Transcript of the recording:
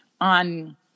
on